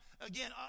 again